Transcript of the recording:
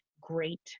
great